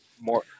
More